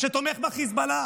שתומך בחיזבאללה,